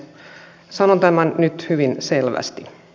sanon tämän nyt hyvin selvästi